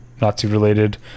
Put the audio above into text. Nazi-related